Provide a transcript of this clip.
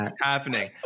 happening